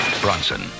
Bronson